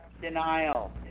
denial